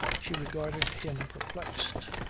she regarded him perplexed,